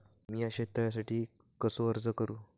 मीया शेत तळ्यासाठी कसो अर्ज करू?